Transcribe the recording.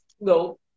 No